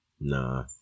Nah